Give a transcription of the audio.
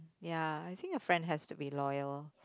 ya I think a friend has to be loyal